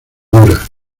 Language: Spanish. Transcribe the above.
dura